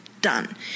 done